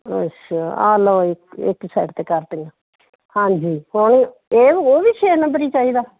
ਅੱਛਾ ਆਹ ਲਓ ਇੱਕ ਇੱਕ ਸਾਈਡ 'ਤੇ ਕਰਤੀਆਂ ਹਾਂਜੀ ਹੁਣ ਇਹ ਇਹ ਵੀ ਛੇ ਨੰਬਰ ਹੀ ਚਾਹੀਦਾ